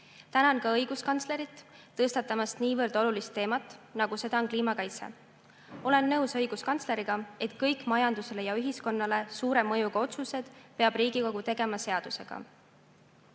Tänan õiguskantslerit, et ta tõstatas niivõrd olulise teema, nagu seda on kliimakaitse. Olen nõus õiguskantsleriga, et kõik majandusele ja ühiskonnale suure mõjuga otsused peab Riigikogu tegema seadusega.